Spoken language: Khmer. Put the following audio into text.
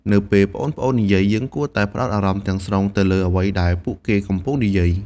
នៅពេលប្អូនៗនិយាយ យើងគួរតែផ្ដោតអារម្មណ៍ទាំងស្រុងទៅលើអ្វីដែលពួកគេកំពុងនិយាយ។